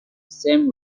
same